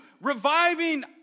reviving